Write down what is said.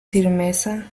firmeza